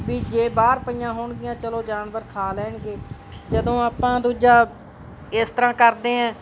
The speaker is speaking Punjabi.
ਵੀ ਜੇ ਬਾਹਰ ਪਈਆਂ ਹੋਣਗੀਆਂ ਚੱਲੋ ਜਾਨਵਰ ਖਾ ਲੈਣਗੇ ਜਦੋਂ ਆਪਾਂ ਦੂਜਾ ਇਸ ਤਰ੍ਹਾਂ ਕਰਦੇ ਹੈ